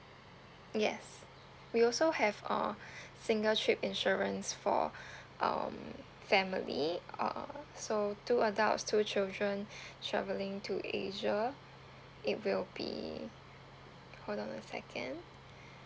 yes we also have a single trip insurance for um family uh so two adults two children travelling to asia it will be hold on a second